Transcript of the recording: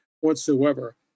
whatsoever